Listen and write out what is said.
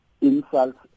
insults